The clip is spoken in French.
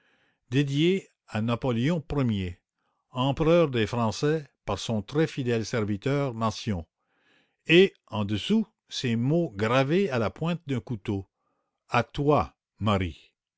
dédié à napoléon i er empereur des français par son très fidèle serviteur mancion et en dessous ces mots gravés à la pointe d'un couteau à toi marie